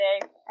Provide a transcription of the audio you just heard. today